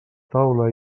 taula